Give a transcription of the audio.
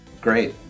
Great